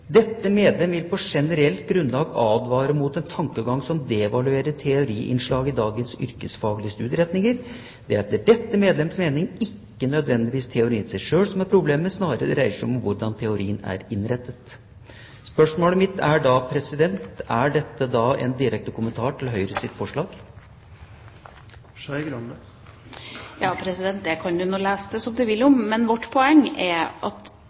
dette. Venstre har levert en veldig interessant merknad i så måte, på side 31. Jeg siterer: «Dette medlem vil på generelt grunnlag advare mot en tankegang som devaluerer teori-innslag i dagens yrkesfaglige studieretninger. Det er, etter dette medlems mening, ikke nødvendigvis teorien i seg selv som er problemet – snarere dreier det seg om hvordan teorien er innrettet.» Spørsmålet mitt er da: Er dette en direkte kommentar til Høyres forslag? Det kan man jo lese som man vil, men vårt poeng er at